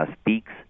Speaks